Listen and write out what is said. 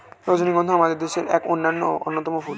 রজনীগন্ধা আমাদের দেশের এক অনন্য এবং অন্যতম ফুল